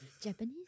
Japanese